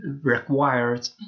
required